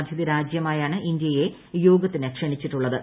അതിഥി രാജ്യമായാണ് ഇന്ത്യയെ യോഗത്തിന് ക്ഷണിച്ചിട്ടുള്ളത്